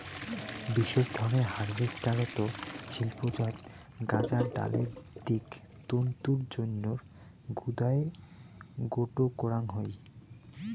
বিশেষ ধরনের হারভেস্টারত শিল্পজাত গাঁজার ডালের দিক তন্তুর জইন্যে জুদায় গোটো করাং হই